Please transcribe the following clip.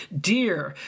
dear